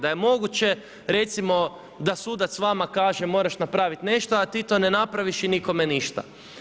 Da je moguće recimo da sudac vama kaže moraš napraviti nešto a ti to ne napraviš i nikome ništa.